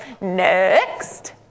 next